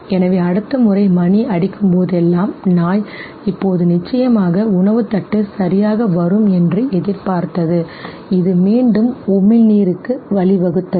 எனவே அடுத்த முறை மணி அடிக்கும்போதெல்லாம் நாய் இப்போது நிச்சயமாக உணவுத் தட்டு சரியாக வரும் என்று எதிர்பார்த்தது இது மீண்டும் உமிழ்நீருக்கு வழிவகுத்தது